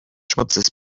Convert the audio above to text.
schmutzes